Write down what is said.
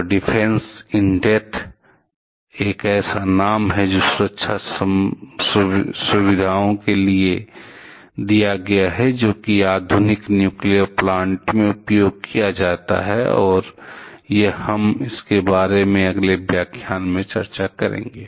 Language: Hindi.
तो डिफेन्स इन डेप्थ एक ऐसा नाम है जो सुरक्षा सुविधाओं के लिए दिया गया है जो कि आधुनिक न्यूक्लियर प्लांट में उपयोग किया जाता है और य हम इसके बारे में अगले व्याख्यान में चर्चा करेंगे